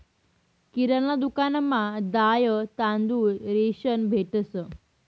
किराणा दुकानमा दाय, तांदूय, रेशन भेटंस